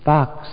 Box